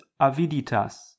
aviditas